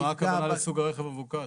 מה הכוונה לסוג הרכב המבוקש?